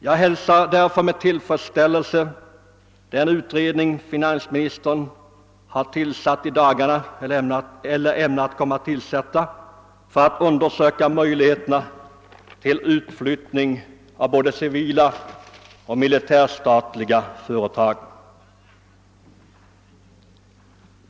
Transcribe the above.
Jag hälsar därför med tillfredsställelse den utredning finansministern har tillsatt för att undersöka möjligheterna till utflyttning av statliga företag på både det civila och det militära området.